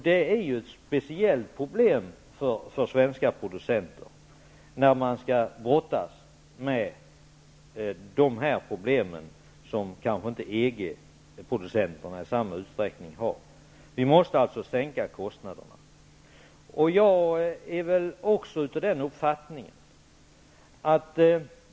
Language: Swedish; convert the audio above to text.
Det är ett speciellt bekymmer för svenska producenter att behöva brottas med dessa problem -- som EG producenterna kanske inte behöver göra i samma utsträckning. Kostnaderna måste alltså sänkas.